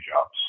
jobs